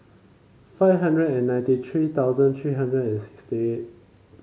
five hundred and ninety three thousand three hundred and sixty eight